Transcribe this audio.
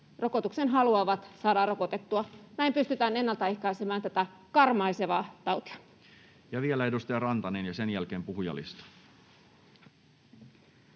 rokotuksen haluavat, saadaan rokotettua. Näin pystytään ennaltaehkäisemään tätä karmaisevaa tautia. Vielä edustaja Rantanen ja sen jälkeen puhujalistaan.